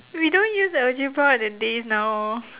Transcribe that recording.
we don't use algebra in the days now